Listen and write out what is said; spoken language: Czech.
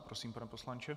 Prosím, pane poslanče.